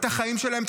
את החיים שלהם,